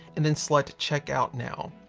and then select checkout now.